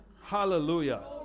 Hallelujah